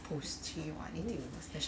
here you are native post